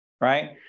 right